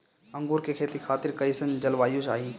अंगूर के खेती खातिर कइसन जलवायु चाही?